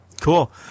Cool